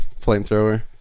Flamethrower